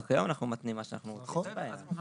גם היום אנחנו מתנים מה שאנחנו רוצים, אין בעיה.